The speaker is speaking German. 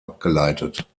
abgeleitet